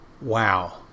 wow